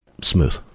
Smooth